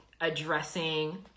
addressing